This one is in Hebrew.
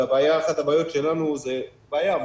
אחת הבעיות שלנו לא בעיה,